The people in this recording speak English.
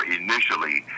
initially